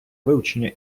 вивчення